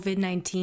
COVID-19